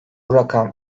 rakam